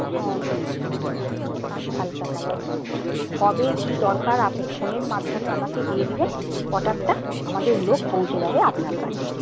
হ্যাঁ হুম হুম হুম হালকা কালার দেবো কবে কী দরকার আপনি ফোনের মাধ্যমে আমাকে দিয়ে দেবেন অর্ডারটা আমাদের লোক পৌঁছে যাবে আপনার কাছে